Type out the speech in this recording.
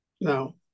no